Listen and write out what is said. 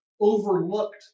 overlooked